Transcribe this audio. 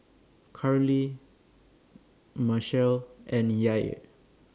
Carlie Marcelle and Yair